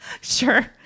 Sure